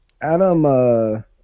Adam